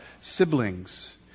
siblings